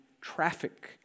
traffic